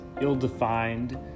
ill-defined